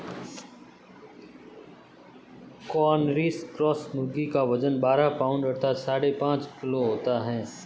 Cornish cross मुर्गी का वजन बारह पाउण्ड अर्थात साढ़े पाँच किलो होता है